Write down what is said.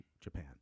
japan